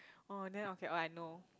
then okay I know